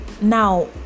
Now